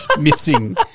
missing